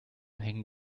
hängen